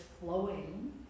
flowing